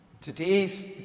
Today's